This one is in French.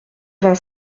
vingt